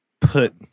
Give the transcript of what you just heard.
put